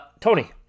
Tony